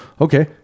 Okay